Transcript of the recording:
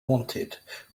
wanted